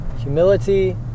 humility